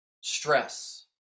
stress